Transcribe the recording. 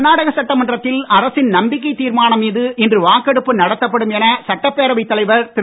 கர்நாடக சட்டமன்றத்தில் அரசின் நம்பிக்கை தீர்மானம் மீது இன்று வாக்கெடுப்பு நடத்தப்படும் என சட்டப்பேரவைத் தலைவர் திரு